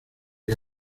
que